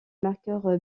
marqueurs